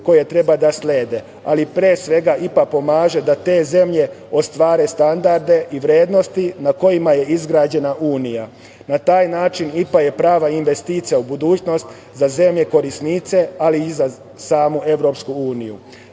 koje treba da slede, pre svega IPA pomaže da te zemlje ostvare standarde i vrednosti na kojima je izgrađena Unija. Na taj način IPA je prava investicija u budućnost za zemlje korisnice, ali i za samu EU.